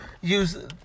use